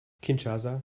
kinshasa